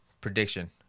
Prediction